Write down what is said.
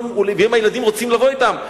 ואם הילדים רוצים לבוא אתם,